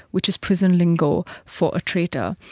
which is prison lingo for a traitor,